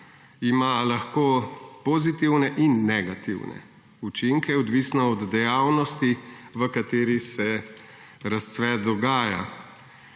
ima lahko pozitivne in negativne učinke, odvisno od dejavnosti, v kateri se razcvet dogaja.